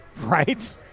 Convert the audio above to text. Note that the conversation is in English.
Right